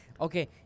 Okay